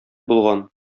булган